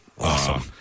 awesome